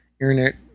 internet